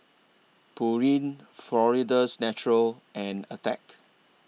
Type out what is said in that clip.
Pureen Florida's Natural and Attack